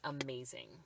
amazing